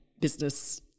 business